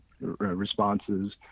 responses